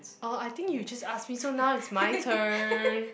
uh I think you just asked me so now it's my turn